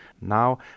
Now